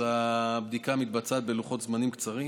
אז הבדיקה מתבצעת בלוחות זמנים קצרים,